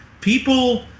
People